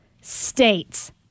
states